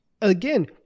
again